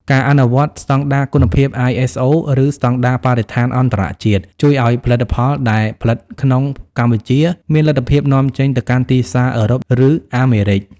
ការអនុវត្តស្តង់ដារគុណភាព ISO ឬស្តង់ដារបរិស្ថានអន្តរជាតិ ជួយឱ្យផលិតផលដែលផលិតក្នុងកម្ពុជាមានលទ្ធភាពនាំចេញទៅកាន់ទីផ្សារអឺរ៉ុប ឬអាមេរិក។